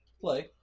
Play